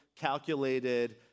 calculated